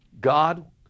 God